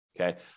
okay